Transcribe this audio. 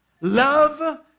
Love